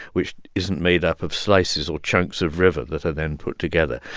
which isn't made up of slices or chunks of river that are then put together.